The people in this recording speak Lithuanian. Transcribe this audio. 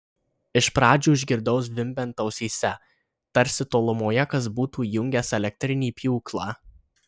iš pradžių išgirdau zvimbiant ausyse tarsi tolumoje kas būtų įjungęs elektrinį pjūklą